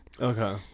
Okay